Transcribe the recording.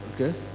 Okay